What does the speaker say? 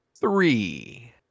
Three